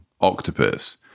octopus